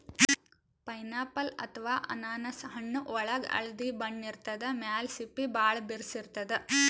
pineapple ಅಥವಾ ಅನಾನಸ್ ಹಣ್ಣ್ ಒಳ್ಗ್ ಹಳ್ದಿ ಬಣ್ಣ ಇರ್ತದ್ ಮ್ಯಾಲ್ ಸಿಪ್ಪಿ ಭಾಳ್ ಬಿರ್ಸ್ ಇರ್ತದ್